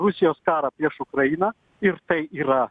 rusijos karą prieš ukrainą ir tai yra